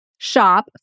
shop